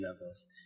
levels